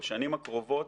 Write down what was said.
ובשנים הקרובות